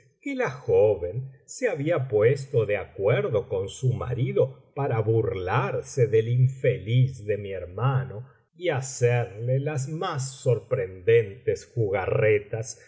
que la joven se había puesto de acuerdo con su marido para burlarse del infeliz de mi hermano y hacerle las más sorprendentes jugarretas